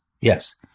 Yes